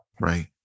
Right